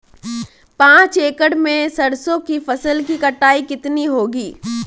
पांच एकड़ में सरसों की फसल की कटाई कितनी होगी?